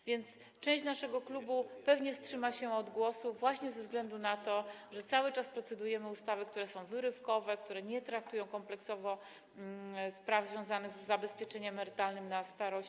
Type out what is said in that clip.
A więc część naszego klubu pewnie wstrzyma się od głosu właśnie ze względu na to, że cały czas procedujemy ustawy, które są wyrywkowe, które nie traktują kompleksowo spraw związanych z zabezpieczeniem emerytalnym na starość.